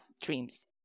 dreams